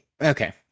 Okay